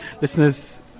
listeners